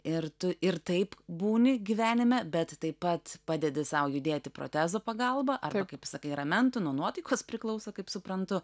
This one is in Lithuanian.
ir tu ir taip būni gyvenime bet taip pat padedi sau judėti protezo pagalba ar kaip sakai ramentu nuo nuotaikos priklauso kaip suprantu